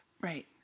Right